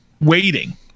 waiting